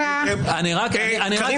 קארין, אני קורא אותך לסדר.